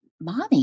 mommy